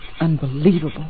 Unbelievable